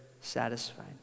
satisfied